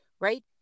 right